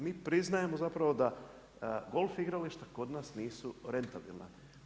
Mi priznajemo zapravo da golf igrališta kod nas nisu rentabilna.